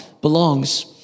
belongs